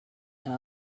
and